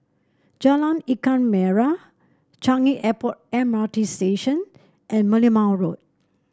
Jalan Ikan Merah Changi Airport M R T Station and Merlimau Road